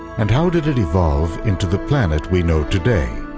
and how did it evolve into the planet we know today?